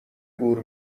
گور